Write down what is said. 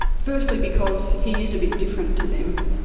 firstly because he is a bit different to them.